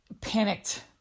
panicked